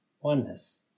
oneness